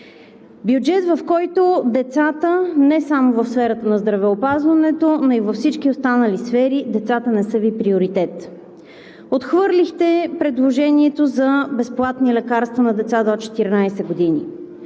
бюджет, в който децата не само в сферата на здравеопазването, но и във всички останали сфери, децата не са Ви приоритет. Отхвърлихте предложението за безплатни лекарства на деца до 14 години,